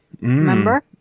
Remember